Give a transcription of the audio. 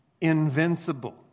invincible